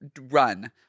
run